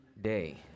Day